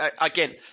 Again